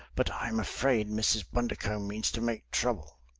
but i am afraid mrs. bundercombe means to make trouble!